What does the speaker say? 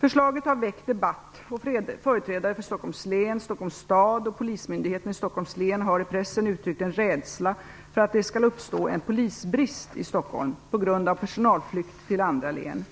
Förslaget har väckt debatt, och företrädare för Stockholms län, Stockholms stad och Polismyndigheten i Stockholms län har i pressen uttryckt en rädsla för att det skall uppstå en polisbrist i Stockholm på grund av personalflykt till andra län.